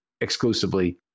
exclusively